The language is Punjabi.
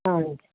ਹਾਂਜੀ